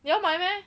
你要买 meh